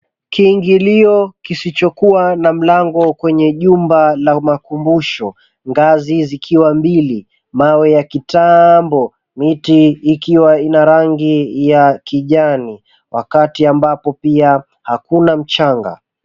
Kiingilio kisichokua na mlango kwenye jumba la makumbusho, ngazi zikiwa mbili, mawe yakitambo, miti ikiwa ina rangi ya kijani, wakati ambapo pia kuna hakuna mchanga.